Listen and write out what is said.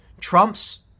Trump's